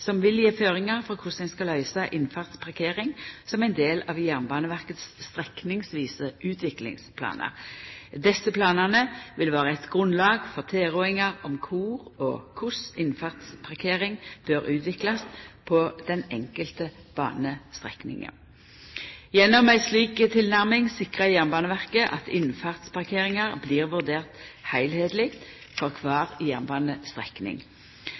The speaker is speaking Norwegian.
som vil gje føringar for korleis ein skal løysa innfartsparkering som ein del av Jernbaneverkets strekningsvise utviklingsplanar. Desse planane vil vera eit grunnlag for tilrådingar om kor og korleis innfartsparkering bør utviklast på den enkelte banestrekninga. Gjennom ei slik tilnærming sikrar Jernbaneverket at innfartsparkeringar blir vurderte heilskapleg for kvar jernbanestrekning.